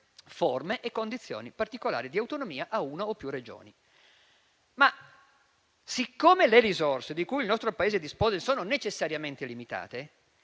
forme e condizioni particolari di autonomia a una o più Regioni. Siccome però le risorse di cui il nostro Paese dispone sono necessariamente limitate,